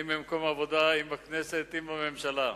אם במקום עבודה, אם בכנסת ואם בממשלה.